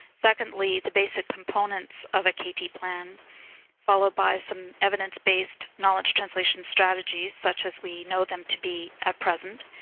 secondly, the basic components of a kt plan followed by some evidence-based knowledge translation strategies such as we know them to be at present.